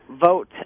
vote